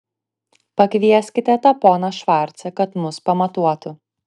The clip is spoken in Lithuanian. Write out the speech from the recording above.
pakvieskite tą poną švarcą kad mus pamatuotų